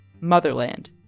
Motherland